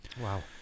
Wow